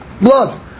blood